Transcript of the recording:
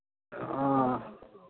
ᱚ